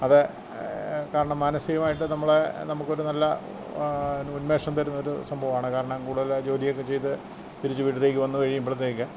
അത് കാരണം മനസികമായിട്ട് നമ്മള് നമുക്കൊരു നല്ല ഉന്മേഷം തരുന്നൊരു സംഭവമാണ് കാരണം കൂടുതലായി ജോലിയൊക്കെ ചെയ്ത് തിരിച്ച് വീട്ടിലേക്ക് വന്ന് കഴിയുമ്പള്ത്തേക്ക്